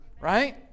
Right